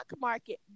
market